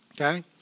Okay